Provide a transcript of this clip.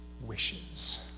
wishes